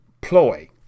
ploy